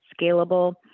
scalable